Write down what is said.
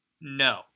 no